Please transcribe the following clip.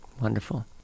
wonderful